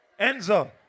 Enzo